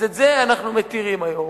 אז את זה אנחנו מתירים היום.